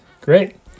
Great